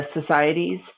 societies